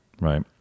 right